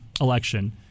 election